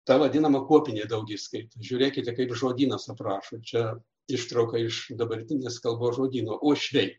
ta vadinama kuopinė daugiskaita žiūrėkite kaip žodynas aprašo čia ištrauka iš dabartinės kalbos žodyno uošviai